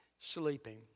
sleeping